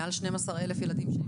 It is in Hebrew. מעל 12 אלף ילדים?